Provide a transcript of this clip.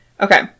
Okay